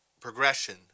progression